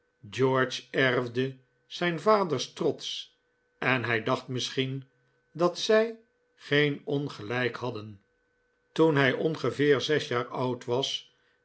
george erfde zijn vaders trots en hij dacht misschien dat zij geen ongelijk hadden toen hij ongeveer zes jaar oud was